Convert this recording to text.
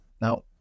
now